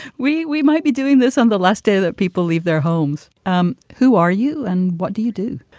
we we might be doing this on the last day that people leave their homes. um who are you and what do you do?